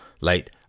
late